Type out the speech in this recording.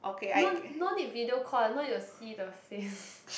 no no need video call I no need to see the face